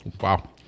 wow